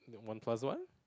and one plus one